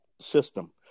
system